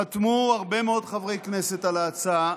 חתמו הרבה מאוד חברי כנסת על ההצעה,